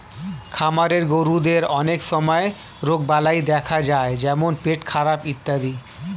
খামারের গরুদের অনেক সময় রোগবালাই দেখা যায় যেমন পেটখারাপ ইত্যাদি